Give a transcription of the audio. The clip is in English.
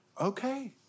Okay